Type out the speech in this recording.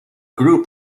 group